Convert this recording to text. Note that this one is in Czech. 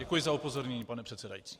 Děkuju za upozornění, pane předsedající.